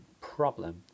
problem